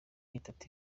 itatu